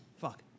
fuck